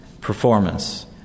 performance